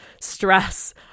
stress